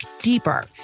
deeper